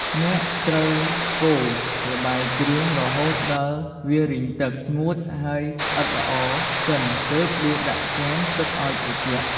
អ្នកត្រូវកូរល្បាយគ្រឿងរហូតដល់វារីងទឹក ស្ងួតហើយស្អិតល្អសិន ទើបដួសដាក់ចានទុកឲ្យត្រជាក់។